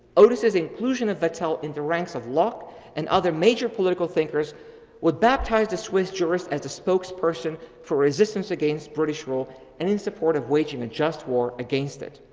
otis's inclusion of vattel in the ranks of locke and other major political thinkers would baptize the swiss jurors as the spokesperson for resistance against british rule and in support of waging a just war against it.